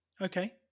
Okay